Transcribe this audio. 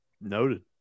Noted